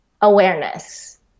awareness